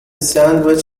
sandwich